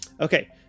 Okay